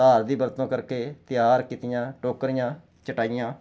ਤਾਰ ਦੀ ਵਰਤੋਂ ਕਰਕੇ ਤਿਆਰ ਕੀਤੀਆਂ ਟੋਕਰੀਆਂ ਚਟਾਈਆਂ